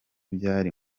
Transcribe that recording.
byari